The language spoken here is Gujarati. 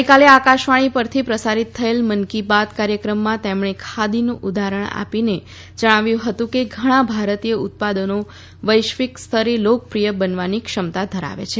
ગઈકાલે આકાશવાણી પરથી પ્રસારિત થયેલ મન કી બાત કાર્યક્રમમાં તેમણે ખાદીનું ઉદાહરણ આપીને જણાવ્યું હતું કે ઘણા ભારતીય ઉત્પાદનો વૈશ્વિક સ્તરે લોકપ્રિય બનવાની ક્ષમતા ધરાવે છે